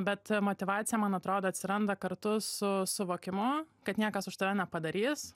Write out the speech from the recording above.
bet motyvacija man atrodo atsiranda kartu su suvokimu kad niekas už tave nepadarys